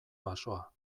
basoa